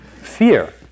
Fear